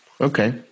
okay